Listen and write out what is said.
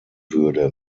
würde